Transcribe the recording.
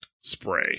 spray